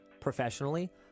professionally